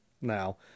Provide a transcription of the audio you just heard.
now